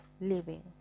living